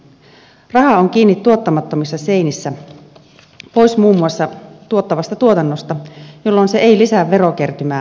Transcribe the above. rahaa on kiinni tuottamattomissa seinissä pois muun muassa tuottavasta tuotannosta jolloin se ei lisää verokertymää jota tarvitaan